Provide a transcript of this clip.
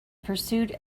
pursued